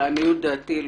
לעניות דעתי,